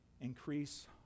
increase